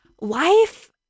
Life